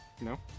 No